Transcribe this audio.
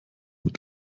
mit